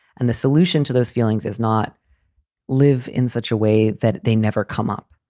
and the solution to those feelings is not live in such a way that they never come up.